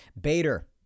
Bader